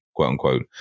quote-unquote